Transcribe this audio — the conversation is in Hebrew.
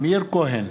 מאיר כהן,